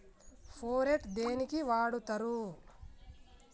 Phorate దేనికి వాడుతరు?